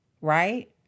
right